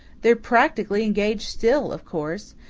they're practically engaged still, of course.